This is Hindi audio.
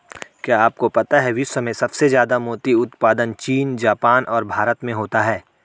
क्या आपको पता है विश्व में सबसे ज्यादा मोती उत्पादन चीन, जापान और भारत में होता है?